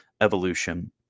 evolution